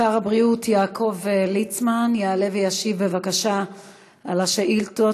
שר הבריאות יעקב ליצמן יעלה וישיב בבקשה על שאילתות.